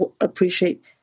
appreciate